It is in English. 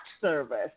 service